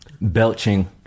belching